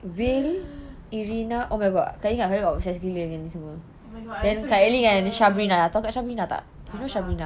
oh my god I also remember tak lah